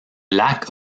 lac